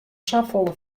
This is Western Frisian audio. safolle